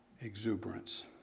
exuberance